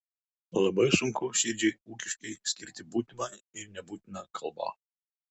labai sunku širdžiai ūkiškai skirti būtiną ir nebūtiną kalbą